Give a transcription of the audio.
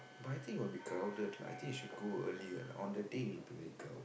but I think will be crowded lah I think you should go early ah on the day it will be very crow~